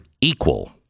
equal